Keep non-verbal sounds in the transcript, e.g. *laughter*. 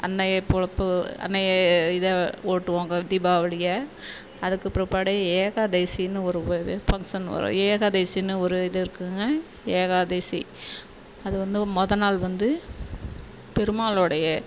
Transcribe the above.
அன்றைய பொழப்பு அன்றைய இதை ஓட்டுவோம் க தீபாவளியை அதுக்கு பிற்பாடே ஏகாதசின்னு ஒரு *unintelligible* பங்க்ஷன் வரும் ஏகாதசின்னு ஒரு இது இருக்குதுங்க ஏகாதசி அதுவந்து மொதல்நாள் வந்து பெருமாளுடைய